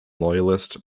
loyalist